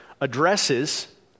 addresses